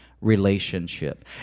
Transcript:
relationship